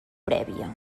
prèvia